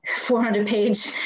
400-page